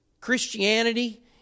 Christianity